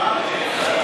חוק הגבלת